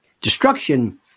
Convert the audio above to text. Destruction